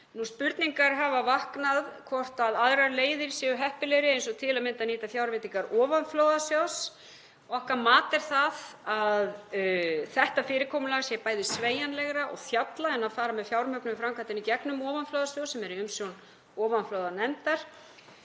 Spurningar hafa vaknað hvort aðrar leiðir séu heppilegri eins og til að mynda að nýta fjárveitingar ofanflóðasjóðs. Okkar mat er það að þetta fyrirkomulag sé bæði sveigjanlegra og þjálla en að fara með fjármögnun framkvæmdanna í gegnum ofanflóðasjóð sem er í umsjón ofanflóðanefndar.